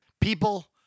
People